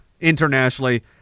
internationally